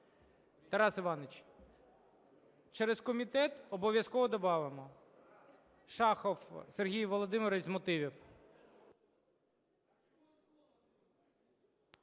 Тарас Іванович, через комітет, обов'язково добавимо. Шахов Сергій Володимирович, з мотивів.